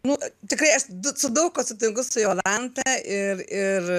nu tikrai aš su daug kuo sutinku su jolanta ir ir